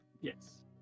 Yes